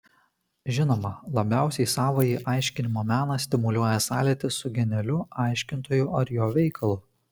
žinoma labiausiai savąjį aiškinimo meną stimuliuoja sąlytis su genialiu aiškintoju ar jo veikalu